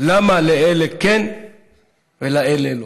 למה לאלה כן ולאלה לא?